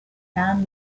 herrn